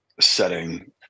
setting